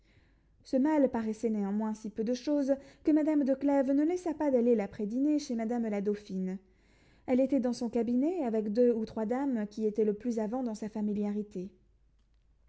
ce mal paraissait néanmoins si peu de chose que madame de clèves ne laissa pas d'aller l'après dînée chez madame la dauphine elle était dans son cabinet avec deux ou trois dames qui étaient le plus avant dans sa familiarité